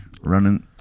Running